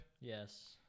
yes